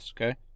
Okay